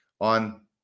on